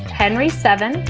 henry seven,